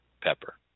pepper